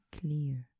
clear